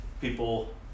people